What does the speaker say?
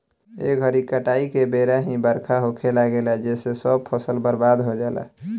ए घरी काटाई के बेरा ही बरखा होखे लागेला जेसे सब फसल बर्बाद हो जाला